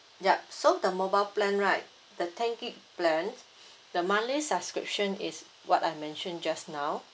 yup so the mobile plan right the ten gigabyte plan the monthly subscription is what I mentioned just now